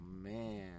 man